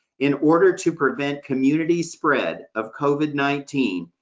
in order to prevent community spread of covid nineteen,